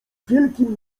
wielkim